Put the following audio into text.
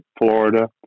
Florida